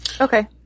Okay